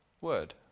Word